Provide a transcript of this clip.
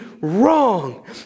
wrong